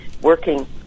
working